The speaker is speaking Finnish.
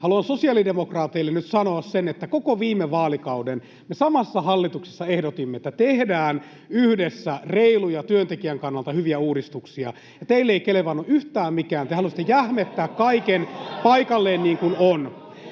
haluan sosiaalidemokraateille nyt sanoa sen, että koko viime vaalikauden me samassa hallituksessa ehdotimme, että tehdään yhdessä reiluja, työntekijän kannalta hyviä uudistuksia, ja teille ei kelvannut yhtään mikään. Te halusitte jähmettää kaiken paikalleen, niin kuin se